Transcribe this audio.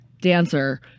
dancer